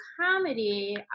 comedy